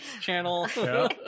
channel